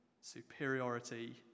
superiority